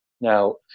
now